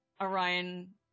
Orion